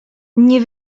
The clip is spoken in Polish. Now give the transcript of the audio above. nie